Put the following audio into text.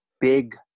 big